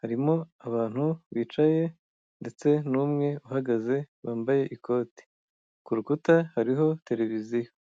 harimo abantu bicaye ndetse n'umwe uhagaze wambaye ikoti, ku rukuta hariho televiziyo.